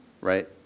right